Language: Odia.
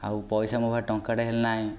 ଆଉ ପଇସା ମୋ ପାଖରେ ଟଙ୍କାଟେ ହେଲେ ନାହିଁ